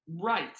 Right